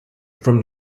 from